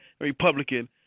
Republican